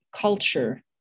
culture